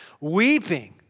weeping